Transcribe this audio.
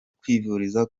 kwivuriza